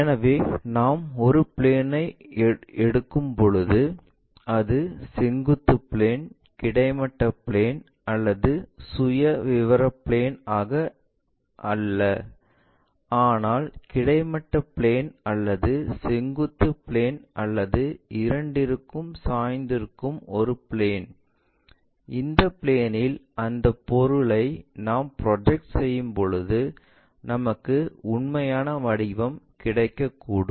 எனவே நாம் ஒரு பிளேன் ஐ எடுக்கும்போது அது செங்குத்து பிளேன் கிடைமட்ட பிளேன் அல்லது சுயவிவர பிளேன் ஆக அல்ல ஆனால் கிடைமட்ட பிளேன் அல்லது செங்குத்து பிளேன் அல்லது இரண்டிற்கும் சாய்ந்திருக்கும் ஒரு பிளேன் அந்த பிளேன் இல் அந்த பொருளை நாம் ப்ரொஜெக்ட் செய்யும்போது நமக்கு உண்மையான வடிவம் கிடைக்கக்கூடும்